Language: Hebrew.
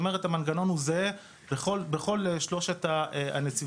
רק משפט להשיב